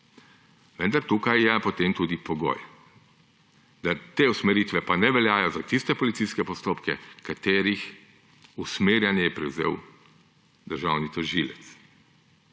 Vendar tukaj je potem tudi pogoj, da te usmeritve pa ne veljajo za tiste policijske postopke, katerih usmerjanje je prevzel državni tožilec.